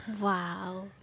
Wow